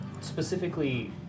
Specifically